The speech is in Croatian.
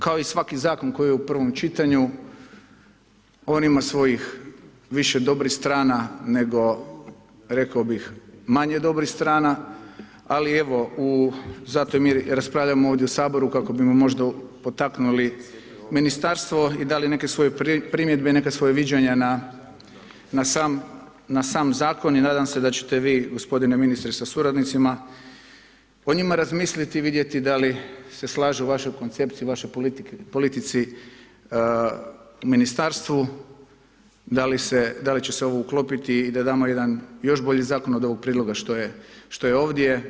Kao i svaki zakon koji je u I. čitanju, on ima svojih, više dobrih strana nego, rekao bih, manje dobrih strana, ali evo, zato mi raspravljamo ovdje u Saboru kako bi možda potaknuli ministarstvo i dali neke svoje primjedbe i neka svoja viđenja na sam zakon i nadam se da ćete vi, gospodine ministre sa suradnicima o njima razmisliti i vidjeti da li se slažu vašoj koncepciji i vašoj politici u ministarstvu, da li će se ovo uklopiti i da damo jedan, još bolji zakon od ovog prijedloga, što je ovdje.